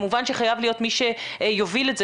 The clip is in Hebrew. כמובן שחייב להיות מי שיוביל את זה,